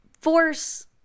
Force